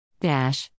Dash